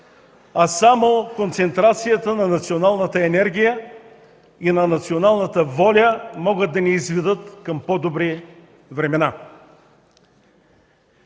а само концентрацията на националната енергия и на националната воля могат да ни изведат към по-добри времена.